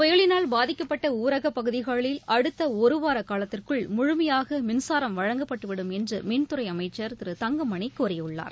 புயலினால் பாதிக்கப்பட்டனரகப் பகுதிகளில் அடுத்தஒருவாரகாலத்திற்குள் முழுமையாகமின்சாரம் வழங்கப்பட்டுவிடும் என்றுமின்துறைஅமைச்சர் திரு தங்கமணிகூறியுள்ளார்